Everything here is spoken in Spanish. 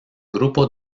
grupo